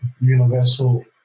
universal